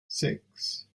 six